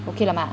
okay 了吗